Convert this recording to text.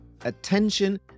attention